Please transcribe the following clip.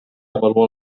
avalua